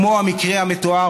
כמו במקרה המתואר,